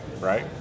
right